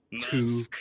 two